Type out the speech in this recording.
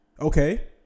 okay